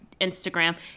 Instagram –